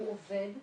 הוא עובד,